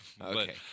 Okay